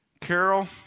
Carol